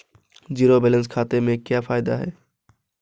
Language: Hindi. ज़ीरो बैलेंस खाते के क्या फायदे हैं?